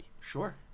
Sure